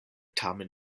tamen